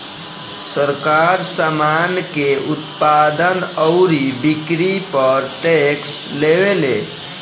सरकार, सामान के उत्पादन अउरी बिक्री पर टैक्स लेवेले